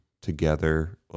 together